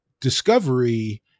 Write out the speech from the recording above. Discovery